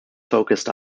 focused